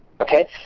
Okay